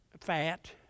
fat